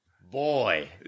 Boy